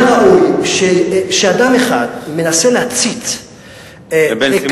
היה ראוי שאדם אחד מנסה להצית דלקה,